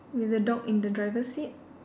with a dog in the driver seat